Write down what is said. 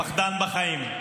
פחדן בחיים.